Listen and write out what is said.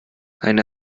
eine